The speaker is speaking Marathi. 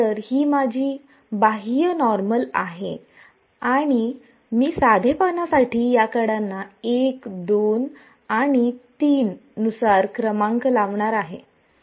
तर ही माझी बाह्य नॉर्मल आहे आणि मी साधेपणासाठी या कडांना 1 2 आणि 3 नुसार क्रमांक लावणार आहे